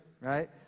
right